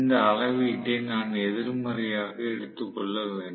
இந்த அளவீட்டை நான் எதிர்மறையாக எடுத்துக் கொள்ள வேண்டும்